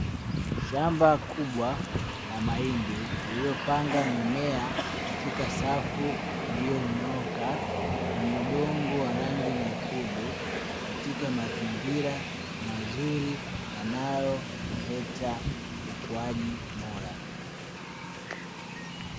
Shamba kubwa la mahindi lililopanga mimea katika safu iliyonyooka kwenye udongo wa rangi nyekundu, katika mazingira mazuri yanayo leta ukuaji bora.